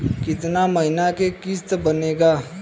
कितना महीना के किस्त बनेगा?